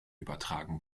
übertragen